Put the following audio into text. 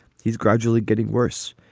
he's gradually getting worse.